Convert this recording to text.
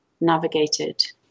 navigated